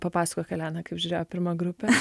papasako elena kaip žiūrėjo pirma grupė